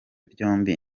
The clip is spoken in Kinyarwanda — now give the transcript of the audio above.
byombi